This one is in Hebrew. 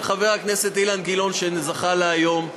חבר הכנסת אילן גילאון שזכה לה היום,